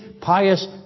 pious